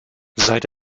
seit